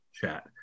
Chat